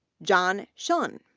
john shen,